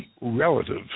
relative